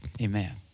Amen